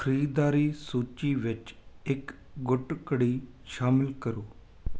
ਖਰੀਦਦਾਰੀ ਸੂਚੀ ਵਿੱਚ ਇੱਕ ਗੁੱਟ ਘੜੀ ਸ਼ਾਮਿਲ ਕਰੋ